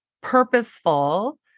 purposeful